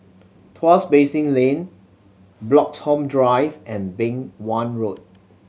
Tuas Basin Lane Bloxhome Drive and Beng Wan Road